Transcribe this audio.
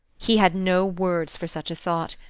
he had no words for such a thought,